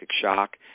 shock